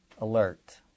alert